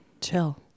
chill